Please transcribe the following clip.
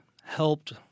helped